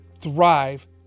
thrive